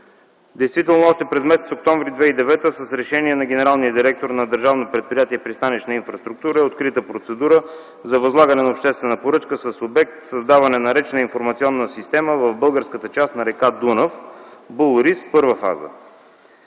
действително още през м. октомври 2009 г. с решение на генералния директор на Държавно предприятие „Пристанищна инфраструктура” е открита процедура за възлагане на обществена поръчка с обект „Създаване на речна информационна система в българската част на р. Дунав – БУЛРИС”, първа фаза.